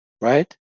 right